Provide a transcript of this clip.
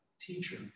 Teacher